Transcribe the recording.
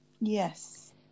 yes